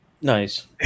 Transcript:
Nice